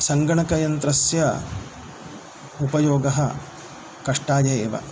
सङ्गणकयन्त्रस्य उपयोगः कष्टाय एव